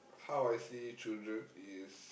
how I see children is